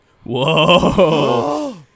Whoa